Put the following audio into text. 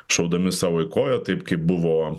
šaudami sau į koją taip kaip buvo